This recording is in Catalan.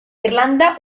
irlanda